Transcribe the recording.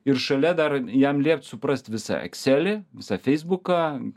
ir šalia dar jam liept suprast visą ekselį visą feisbuką